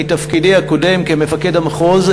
מתפקידי הקודם כמפקד המחוז,